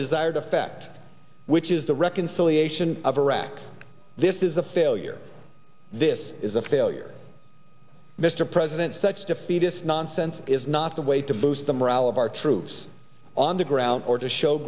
desired effect which is the reconciliation of iraq this is a failure this is a failure mr president such defeatist nonsense is not the way to boost the morale of our troops on the ground or to show